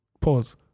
Pause